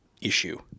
issue